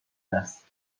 است